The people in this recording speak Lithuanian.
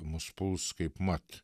mus puls kaipmat